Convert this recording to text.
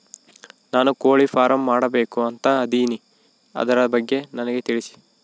ನಾನು ಕೋಳಿ ಫಾರಂ ಮಾಡಬೇಕು ಅಂತ ಇದಿನಿ ಅದರ ಬಗ್ಗೆ ನನಗೆ ತಿಳಿಸಿ?